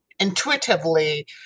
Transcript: intuitively